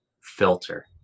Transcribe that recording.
filter